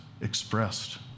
expressed